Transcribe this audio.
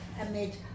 amid